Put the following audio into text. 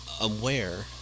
aware